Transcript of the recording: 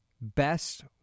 Best